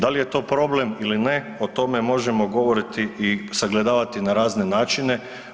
Da li je to problem ili ne o tome možemo govoriti i sagledavati na razne načine.